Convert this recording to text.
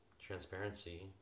transparency